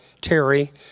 Terry